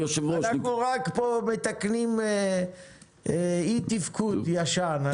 אנחנו רק פה מתקנים אי תפקוד ישן.